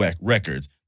records